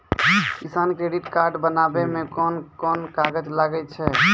किसान credit card बनाबै मे कोन कोन कागज लागै छै?